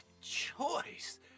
choice